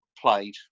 played